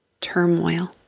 turmoil